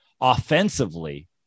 offensively